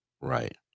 right